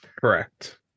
Correct